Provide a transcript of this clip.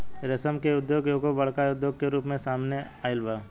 रेशम के उद्योग एगो बड़का उद्योग के रूप में सामने आइल बा